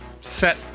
set